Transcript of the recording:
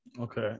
Okay